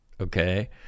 Okay